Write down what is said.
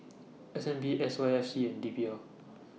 S N B S Y F C and P D L